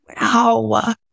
Wow